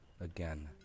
Again